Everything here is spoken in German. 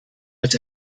als